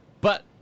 but-